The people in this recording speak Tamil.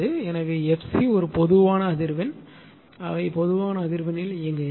எனவே f c ஒரு பொதுவான அதிர்வெண் எனவே அவை பொதுவான அதிர்வெண்ணில் இயங்குகின்றன